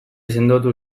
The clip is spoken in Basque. sendotu